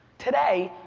today,